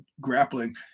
grappling